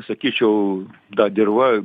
sakyčiau ta dirva